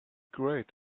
great